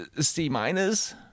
C-minus